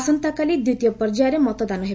ଆସନ୍ତାକାଲି ଦ୍ୱିତୀୟ ପର୍ଯ୍ୟାୟରେ ମତଦାନ ହେବ